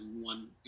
one